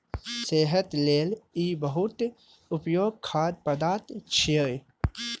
सेहत लेल ई बहुत उपयोगी खाद्य पदार्थ छियै